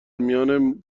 میان